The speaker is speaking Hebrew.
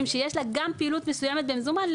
שיש לה גם פעילות מסוימת במזומן,